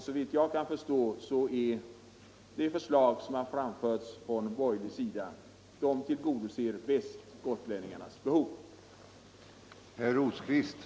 Såvitt jag kan förstå, tillgodoses gotlänningarnas behov bäst av de förslag som framförts från borgerligt håll.